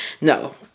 No